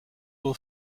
will